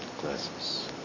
glasses